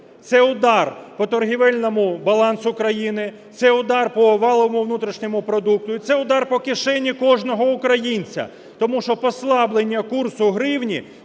Це удар по торговельному балансу країни, це удар по валовому внутрішньому продукту і це удар по кишені кожного українця, тому що послаблення курсу гривні